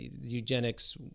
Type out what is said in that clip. eugenics